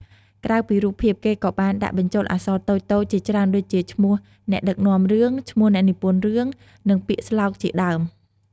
ក្រៅពីរូបភាព គេក៏បានដាក់បញ្ចូលអក្សរតូចៗជាច្រើនដូចជា ឈ្មោះអ្នកដឹកនាំរឿង ឈ្មោះអ្នកនិពន្ធរឿង និងពាក្យស្លោកជាដើម ។